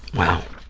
wow,